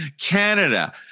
Canada